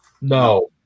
No